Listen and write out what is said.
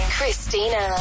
Christina